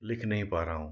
लिख नहीं पा रहा हूँ